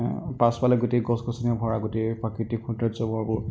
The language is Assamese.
পাছফালে গোটেই গছ গছনিৰে ভৰা গোটেই প্ৰাকৃতিক সৌন্দৰ্য্য়ৰে ভৰপূৰ